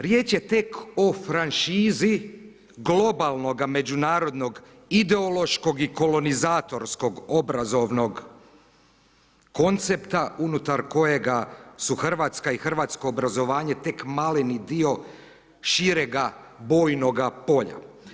Riječ je tek o franšizi globalnoga međunarodnog ideološkog i kolonizatorskog obrazovnog koncepta unutar kojega su Hrvatska i hrvatskog obrazovanja tek maleni dio širega bojnoga polja.